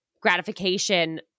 gratification